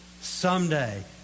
Someday